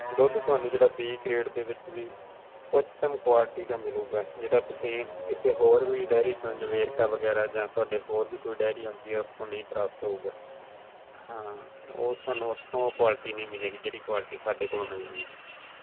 ਦੁੱਧ ਤੁਹਾਨੂੰ ਜਿਹੜਾ ਬੀ ਗ੍ਰੇਡ ਦੇ ਵਿੱਚ ਵੀ ਉੱਤਮ ਕੁਆਲਿਟੀ ਦਾ ਮਿਲੇਗਾ ਜਿਹੜਾ ਤੁਸੀਂ ਕਿਸੇ ਹੋਰ ਵੀ ਡੈਅਰੀ ਤੋਂ ਵੇਰਕਾ ਵਗੈਰਾ ਜਾਂ ਤੁਹਾਡੇ ਹੋਰ ਵੀ ਕੋਈ ਡੈਅਰੀ ਆਉਂਦੀ ਹੈ ਉਸ ਤੋਂ ਨਹੀਂ ਪ੍ਰਾਪਤ ਹੋਊਗਾ ਹਾਂ ਉਹ ਤੁਹਾਨੂੰ ਉੱਥੋਂ ਕੁਆਲਿਟੀ ਨਹੀਂ ਮਿਲੇਗੀ ਜਿਹੜੀ ਕੁਆਲਟੀ ਸਾਡੇ ਕੋਲੋਂ ਮਿਲਣੀ ਹੈ